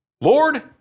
Lord